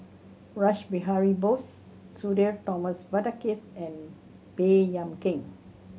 Rash Behari Bose Sudhir Thomas Vadaketh and Baey Yam Keng